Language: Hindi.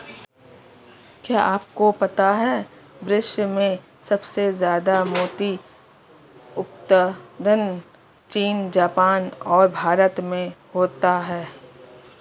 क्या आपको पता है विश्व में सबसे ज्यादा मोती उत्पादन चीन, जापान और भारत में होता है?